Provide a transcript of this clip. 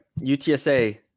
UTSA